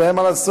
ואין מה לעשות,